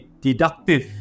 deductive